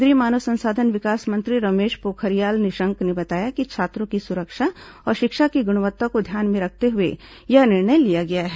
केंद्रीय मानव संसाधन विकास मंत्री रमेश पोखरियाल निशंक ने बताया कि छात्रों की सुरक्षा और शिक्षा की गुणवत्ता को ध्यान में रखते हुए यह निर्णय किया गया है